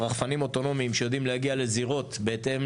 רחפנים אוטונומיים שיודעים להגיע לזירות בהתאם